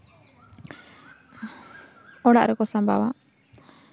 ᱚᱲᱟᱜ ᱨᱮᱠᱚ ᱥᱟᱸᱵᱟᱣᱟ